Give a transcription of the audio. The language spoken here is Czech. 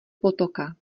potoka